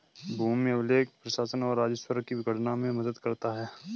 भूमि अभिलेख प्रशासन और राजस्व की गणना में मदद करता है